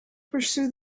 pursue